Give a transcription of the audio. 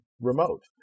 remote